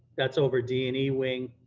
that's over d and e wing,